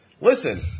Listen